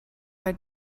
are